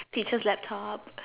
teacher's laptop